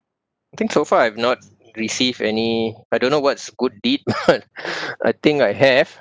I think so far I've not receive any I don't know what's good deed but I think I have